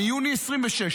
מיוני 2026,